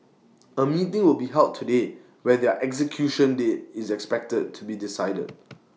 A meeting will be held today where their execution date is expected to be decided